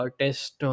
test